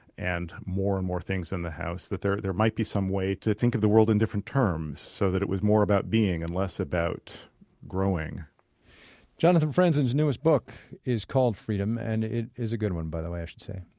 and more and more things in the house. that there there might some way to think of the world in different terms, so it was more about being and less about growing jonathan franzen's newest book is called freedom and it is a good one, by the way i should say.